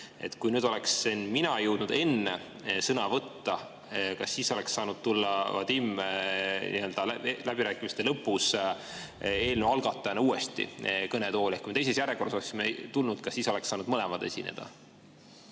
kui mina oleksin jõudnud enne sõna võtta, kas siis oleks saanud Vadim läbirääkimiste lõpus eelnõu algatajana uuesti kõnetooli tulla? Kui me teises järjekorras oleksime tulnud, kas siis oleks saanud mõlemad esineda?